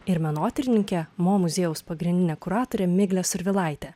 ir menotyrininke mo muziejaus pagrindine kuratore migle survilaite